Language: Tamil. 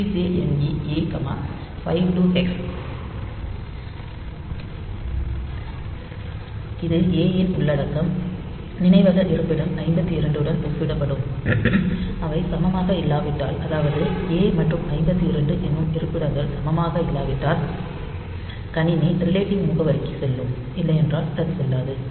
CJNE A 52hex l இது ஏ யின் உள்ளடக்கம் நினைவக இருப்பிடம் 52 உடன் ஒப்பிடப்படும் அவை சமமாக இல்லாவிட்டால் அதாவது ஏ மற்றும் 52 என்னும் இருப்பிடங்கள் சமமாக இல்லாவிட்டால் கணினி ரிலேட்டிவ் முகவரிக்குச் செல்லும் இல்லையெனில் அது செல்லாது